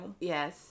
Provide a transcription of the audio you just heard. Yes